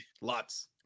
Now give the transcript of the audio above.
lots